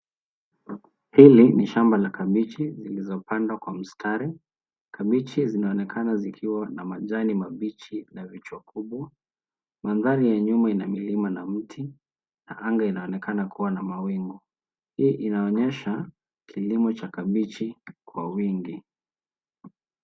Hili ni shamba la kabeji zilizopandwa kwa mistari. Kabeji zinaonekana zikiwa na majani mabichi na vichwa vikubwa. Mandhari ya nyuma ina milima na miti, na anga inaonekana kuwa na mawingu. Hii inaonyesha kilimo cha kabeji kwa wingi.